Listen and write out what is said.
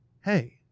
hey